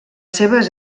seves